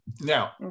Now